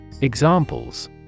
Examples